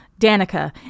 Danica